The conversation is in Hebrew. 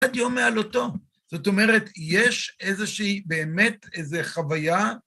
עד יום העלותו, זאת אומרת, יש איזושהי, באמת איזה חוויה.